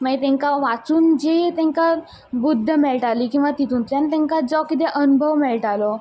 मागीर तेंका वाचूंन जी तेंका बुध्द मेळटाली किंवा तेतूंतल्यान तेंका जो कितें अणभव मेळटालो